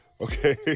Okay